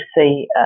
see